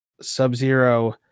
Sub-Zero